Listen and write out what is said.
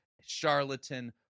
charlatan